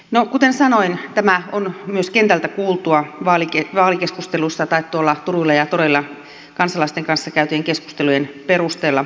no kuten sanoin tämä on myös kentällä vaalikeskusteluissa kuultua tai tuolla turuilla ja toreilla kansalaisten kanssa käytyjen keskustelujen perusteella puhuttua